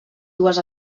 dues